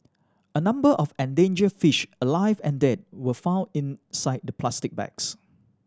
a number of endangered fish alive and dead were found inside the plastic bags